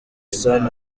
sun